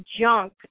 junk